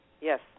Yes